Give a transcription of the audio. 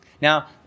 Now